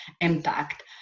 impact